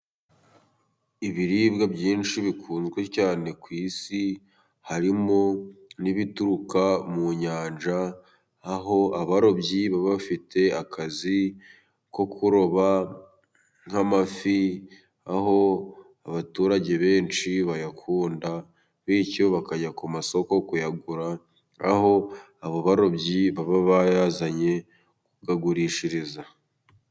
Ibiribwa byinshi bikunzwe cyane ku isi harimo n'ibituruka mu nyanja, aho abarobyi baba bafite akazi ko kuroba nk'amafi, aho abaturage benshi bayakunda, bityo bakajya ku masoko kuyagura, aho abo barobyi baba bayazanye kuyagurishiriza.